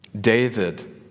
David